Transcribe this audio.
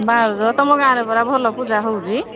ତୁମ ଗାଁ ପରା ଭଲ ପୂଜା ହେଉଛି